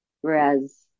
whereas